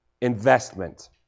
investment